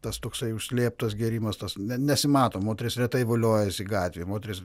tas toksai užslėptas gėrimas tas ne nesimato moteris retai voliojasi gatvėj moteris